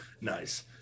nice